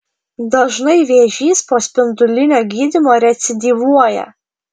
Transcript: dažnai vėžys po spindulinio gydymo recidyvuoja